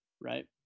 right